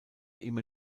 immer